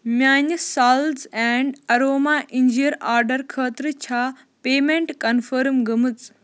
میٛانہِ sales and aroma اِنجیٖر order خٲطرٕ چھا پیمٮ۪نٛٹ کنفٲرٕم گٔمٕژ